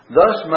thus